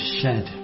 shed